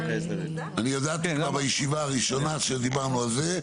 אני הודעתי כבר בישיבה הראשונה שדיברנו על זה.